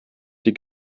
die